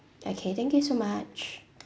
okay thank you so much